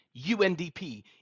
UNDP